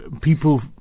people